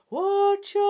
watch